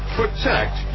protect